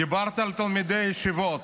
דיברת על תלמידי ישיבות,